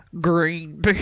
green